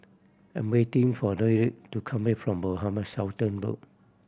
I'm waiting for Deryl to come back from Mohamed Sultan Road